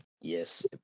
Yes